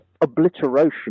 obliteration